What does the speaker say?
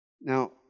Now